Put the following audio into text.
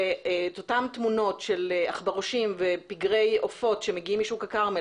את אותן תמונות של עכברושים ופגרי עופות שמגיעים משוק הכרמל,